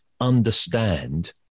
understand